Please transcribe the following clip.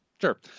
Sure